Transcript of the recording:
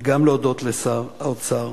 וגם להודות לשר האוצר